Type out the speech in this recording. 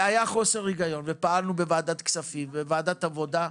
היה חוסר היגיון ופעלנו בוועדת כספים וועדת עבודה,